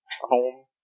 home